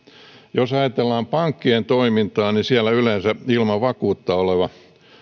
jos ajatellaan pankkien toimintaa niin siellä yleensä ilman vakuutta olevalle